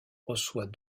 reçoit